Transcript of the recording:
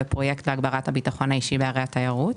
פרויקט להגברת הביטחון האישי להבאת תיירות.